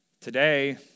Today